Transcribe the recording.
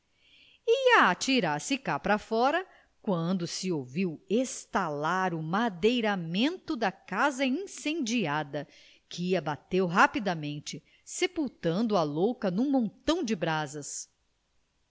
ia atirar-se cá para fora quando se ouviu estalar o madeiramento da casa incendiada que abateu rapidamente sepultando a louca num montão de brasas